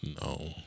no